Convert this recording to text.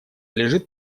лежит